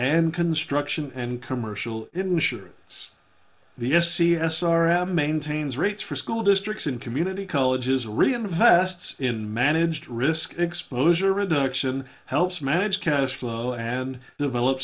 and construction and commercial insurance the s e s are having maintains rates for school districts in community colleges reinvests in managed risk exposure reduction helps manage cash flow and develop